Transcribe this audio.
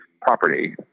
property